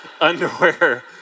underwear